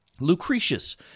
Lucretius